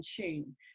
tune